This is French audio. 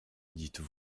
dites